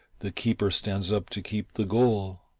the keeper stands up to keep the goal.